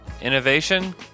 innovation